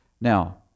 Now